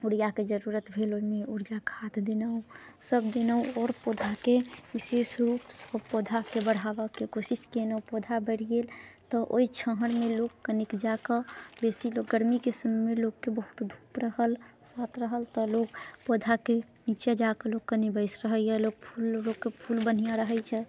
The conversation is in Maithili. यूरिआके जरूरत भेल यूरिआ खाद देलहुँ सभ देलहुँ आओर पौधाके विशेष रूपसे पौधाके बढ़ाबऽके कोशिश कयलहुँ पौधा बढ़ि गेल तऽ ओइ छौहनमे लोक कनिक जाकऽ बेसी लोक गर्मीके समय लोककेँ बहुत धूप रहल साथ रहल बसात तऽ लोक पौधाके नीचाँ जाकऽ लोक कनि बसि रहैए लोक फूल लोककेँ फूल बढ़िआँ रहैत छै